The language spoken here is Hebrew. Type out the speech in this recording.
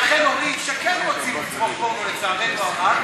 לכן הורים שכן רוצים לצרוך פורנו, לצערנו הרב,